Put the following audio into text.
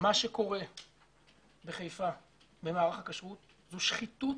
מה שקורה במערך הכשרות בחיפה זו שחיתות